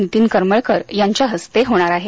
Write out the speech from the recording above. नितीन करमळकर यांच्या हस्ते होणार आहे